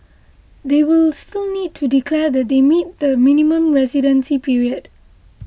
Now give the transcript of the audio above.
they will still need to declare that they meet the minimum residency period